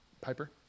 Piper